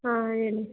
ಹಾಂ ಹೇಳಿ